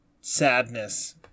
Sadness